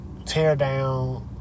Teardown